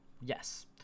yes